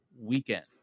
weekend